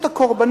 מה אתם רוצים?